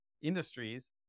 industries